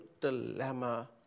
dilemma